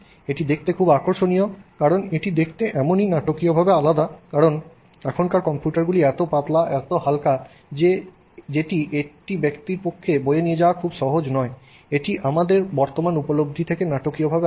এটি দেখতে খুব আকর্ষণীয় কারণ এটি দেখতে এমনই নাটকীয়ভাবে আলাদা কারন এখনকার কম্পিউটারগুলি এত পাতলা এত হালকা যেটি একটি ব্যক্তির পক্ষে বয়ে নিয়ে যাওয়া খুব সহজ এটি আমাদের বর্তমান উপলব্ধি থেকে নাটকীয়ভাবে আলাদা